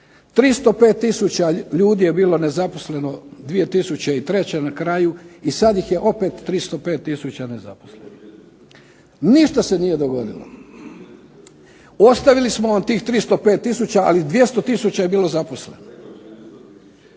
305 tisuća ljudi je bilo nezaposleno 2003. na kraju, i sad ih je opet 305 tisuća nezaposlenih. Ništa se nije dogovorilo. Ostavili smo vam tih 305 tisuća, ali 200 tisuća je bilo zaposleno.